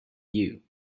you